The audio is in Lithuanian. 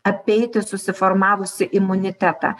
apeiti susiformavusį imunitetą